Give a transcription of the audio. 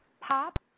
pop